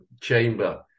chamber